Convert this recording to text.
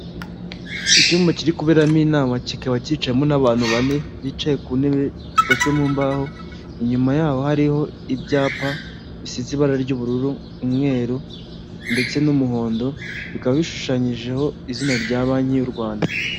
Icyumba kiri kuberamo inama kikaba kicawemo n'abantu bane bicaye ku ntebe zikozwe mu mbaho, inyuma yaho hariho ibyapa bisize ibara ry'ubururu, umweru ndetse n'umuhondo, bikaba bishushanyijeho izina rya banki y'u Rwanda.